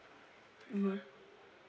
mmhmm